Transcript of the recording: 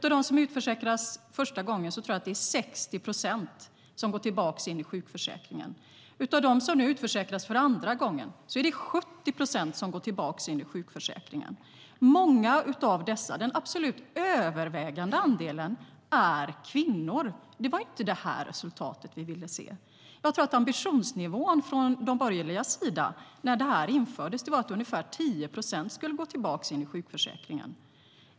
Av dem som utförsäkras första gången tror jag att 60 procent går tillbaka in i sjukförsäkringen. Av dem som utförsäkras för andra gången går 70 procent tillbaka in i sjukförsäkringen. Många av dessa - den absolut övervägande andelen - är kvinnor. Det var inte det resultatet vi ville se. Jag tror att ambitionsnivån från de borgerligas sida när detta infördes var att ungefär 10 procent skulle gå tillbaka in i sjukförsäkringen.